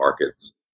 markets